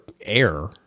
air